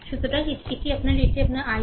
সুতরাং এটি এটি আপনার এটি আপনার I4